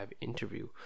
interview